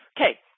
Okay